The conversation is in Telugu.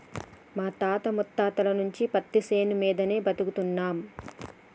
మా తాత ముత్తాతల నుంచి పత్తిశేను మీదనే బతుకుతున్నం